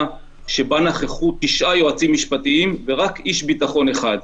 בה נכחו תשעה יועצים משפטיים ורק איש ביטחון אחד.